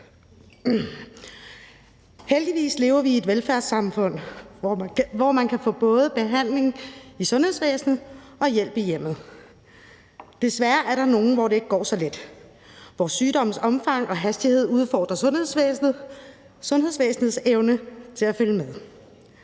Heldigvis lever vi i et velfærdssamfund, hvor man både kan få behandling i sundhedsvæsenet og hjælp i hjemmet. Desværre er der nogle, for hvem det ikke går så let – hvor sygdommens omfang og hastighed udfordrer sundhedsvæsenets evne til at følge med.